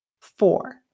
Four